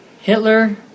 Hitler